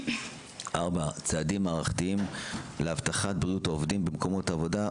4. צעדים מערכתיים להבטחת בריאות העובדים במקומות העבודה,